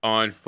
on